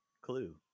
clue